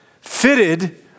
fitted